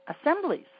assemblies